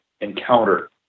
encounter